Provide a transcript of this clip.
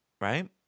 right